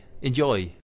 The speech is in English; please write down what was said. Enjoy